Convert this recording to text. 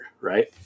right